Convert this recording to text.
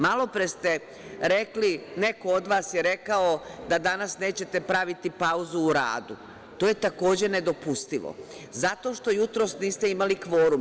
Malopre je neko od vas rekao da danas nećete praviti pauzu u radu, to je, takođe, nedopustivo, zato što jutros niste imali kvorum.